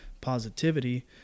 positivity